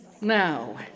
Now